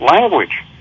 language